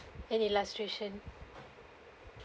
and illustration